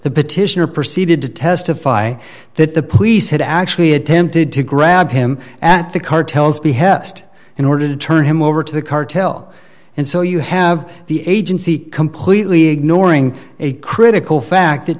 the petitioner proceeded to testify that the police had actually attempted to grab him at the cartels behest in order to turn him over to the cartel and so you have the agency completely ignoring a critical fact